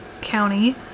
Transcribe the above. County